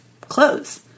clothes